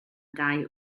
dau